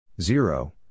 zero